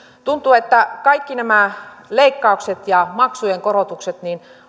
tuntuu että kaikki nämä leikkaukset ja maksujen korotukset